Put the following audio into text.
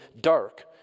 dark